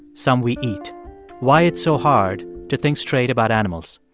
some we eat why it's so hard to think straight about animals.